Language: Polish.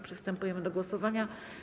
Przystępujemy do głosowania.